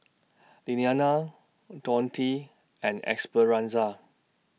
Lillianna Donte and Esperanza